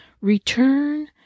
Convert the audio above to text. return